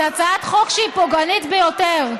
זו הצעת חוק שהיא פוגענית ביותר.